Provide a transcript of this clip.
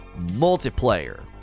multiplayer